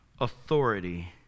authority